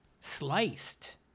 sliced